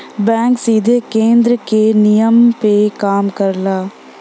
bank सीधे केन्द्र के नियम पे काम करला